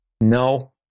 No